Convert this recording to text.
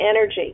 Energy